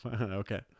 Okay